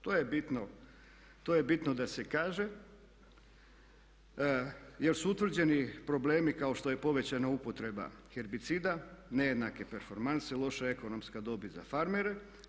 To je bitno da se kaže, jer su utvrđeni problemi kao što je povećana upotreba herbicida, nejednake performanse, loša ekonomska dobit za farmere.